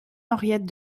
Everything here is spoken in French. henriette